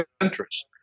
interest